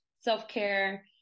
Self-care